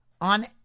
on